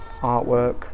artwork